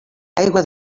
aigua